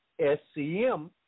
SCM